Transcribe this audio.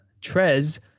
Trez